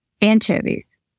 anchovies